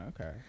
Okay